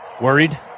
Worried